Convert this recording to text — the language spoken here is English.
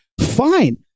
Fine